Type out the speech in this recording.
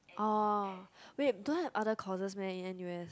orh wait don't have other courses meh in n_u_s